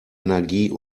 energie